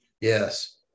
Yes